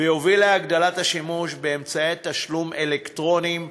ויוביל להגדלת השימוש באמצעי תשלום אלקטרוניים,